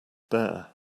bare